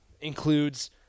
includes